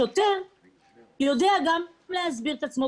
השוטר צריך לדעת גם להסביר את עצמו,